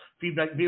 feedback